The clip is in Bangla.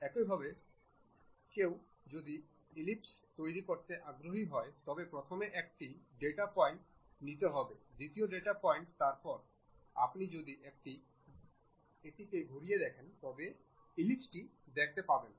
একইভাবে কেউ যদি এলিপ্স তৈরি করতে আগ্রহী হয় তবে প্রথমে একটি ডেটা পয়েন্ট নিতে হবে দ্বিতীয় ডেটা পয়েন্ট তারপরে আপনি যদি এটিকে ঘুরে দেখেন তবে এলিপ্সটি দেখতে পাবেন